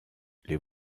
les